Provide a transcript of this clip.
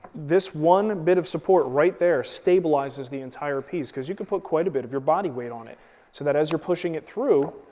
this one bit of support right there stabilizes the entire piece because you could put quite a bit of your body weight on it so that as you're pushing it through,